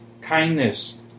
kindness